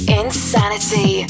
insanity